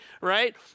right